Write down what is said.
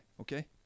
okay